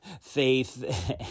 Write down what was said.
faith